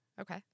Okay